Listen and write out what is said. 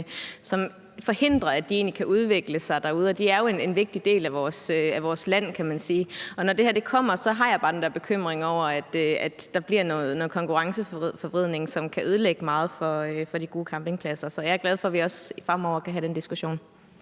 som forhindrer, at de egentlig kan udvikle sig derude, og de er jo en vigtig del af vores land, kan man sige. Og når det her kommer, har jeg bare den der bekymring om, at der bliver noget konkurrenceforvridning, som kan ødelægge meget for de gode campingpladser. Så jeg er glad for, at vi også fremover kan have den diskussion.